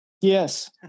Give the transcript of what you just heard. Yes